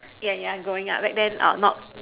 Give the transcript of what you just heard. yeah yeah growing up back then not